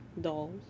dolls